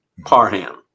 Parham